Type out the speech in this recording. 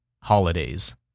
holidays